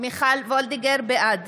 בעד